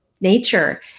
nature